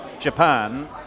Japan